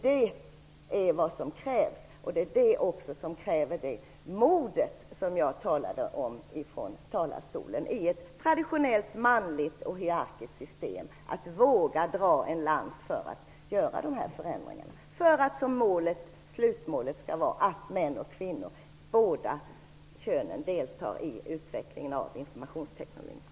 Det är vad som krävs, och det kräver också mod i ett traditionellt manligt och hierarkiskt system, som jag talade om tidigare, att våga dra en lans för att våga göra dessa förändringar för att slutmålet skall vara att både män och kvinnor skall delta i utvecklingen av informationsteknologin.